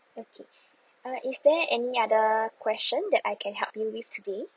okay uh is there any other question that I can help you with today